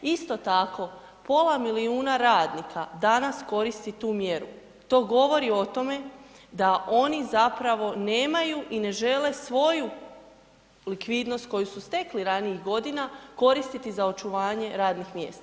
Isto tako, pola milijuna radnika danas koristi tu mjeru, to govori o tome da oni zapravo nemaju i ne žele svoju likvidnost koju su stekli ranijih godina koristiti za očuvanje radnih mjesta.